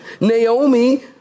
Naomi